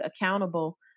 accountable